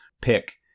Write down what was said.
pick